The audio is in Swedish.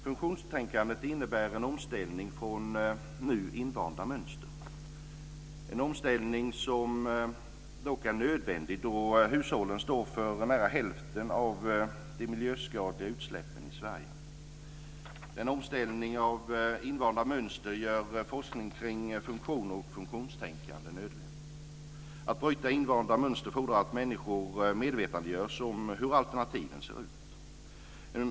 Funktionstänkandet innebär en omställning från invanda mönster - en omställning som dock är nödvändig, då hushållen står för nära hälften av de miljöskadliga utsläppen i Sverige. En omställning av invanda mönster gör forskning kring funktioner och funktionstänkande nödvändig. Att bryta invanda mönster fordrar att människor mevetandegörs om hur alternativen ser ut.